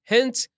Hence